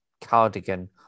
cardigan